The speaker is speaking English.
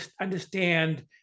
understand